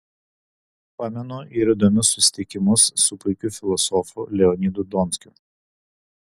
pamenu ir įdomius susitikimus su puikiu filosofu leonidu donskiu